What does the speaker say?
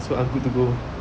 so I'm good to go